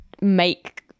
make